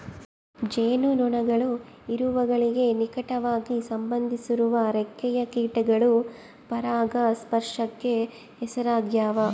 ಜೇನುನೊಣಗಳು ಇರುವೆಗಳಿಗೆ ನಿಕಟವಾಗಿ ಸಂಬಂಧಿಸಿರುವ ರೆಕ್ಕೆಯ ಕೀಟಗಳು ಪರಾಗಸ್ಪರ್ಶಕ್ಕೆ ಹೆಸರಾಗ್ಯಾವ